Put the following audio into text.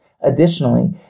Additionally